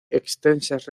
extensas